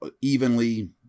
evenly